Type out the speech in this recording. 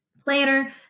Planner